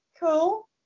cool